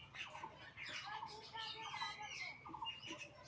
गाय पालने से की की फायदा होचे?